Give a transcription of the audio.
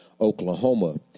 Oklahoma